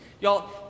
Y'all